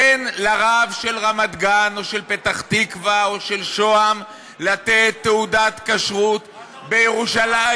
תן לרב של רמת-גן או של פתח-תקווה או של שוהם לתת תעודת כשרות בירושלים